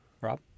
Rob